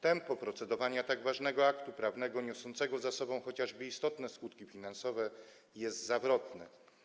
Tempo procedowania nad tak ważnym aktem prawnym, niosącym ze sobą chociażby istotne skutki finansowe jest zawrotne.